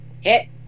Hit